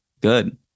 good